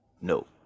No